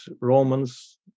Romans